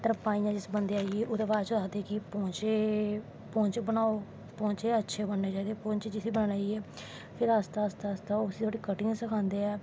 तरपाईयां जिस बंदे गी आईयां ते ओह्दे बाद आखदे पौंच्चे बनाओ पौंच्चे अच्चे बनने चाही दे पौच्चें जिसी आई ये फिर आस्ता आस्ता उसी जेह्ड़ी कटिंग सखादे ऐ